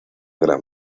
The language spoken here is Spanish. gran